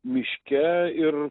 miške ir